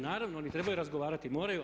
Naravno, oni trebaju razgovarati, moraju.